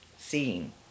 seeing